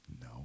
No